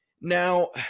Now